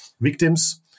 victims